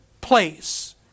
place